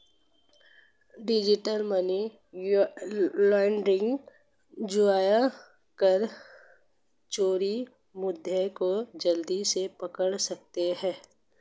digital money laundering, जुआ या कर चोरी मुद्दे को जल्दी से पकड़ सकती है